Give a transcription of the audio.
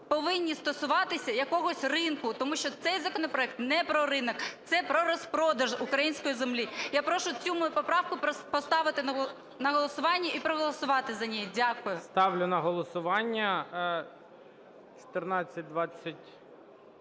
повинні стосуватися якогось ринку, тому що цей законопроект не про ринок – це про розпродаж української землі. Я прошу цю мою поправку поставити на голосування і проголосувати за неї. Дякую. ГОЛОВУЮЧИЙ. Ставлю на голосування 1421.